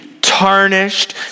tarnished